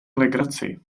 legraci